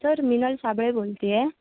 sir Minal Sable बोलते आहे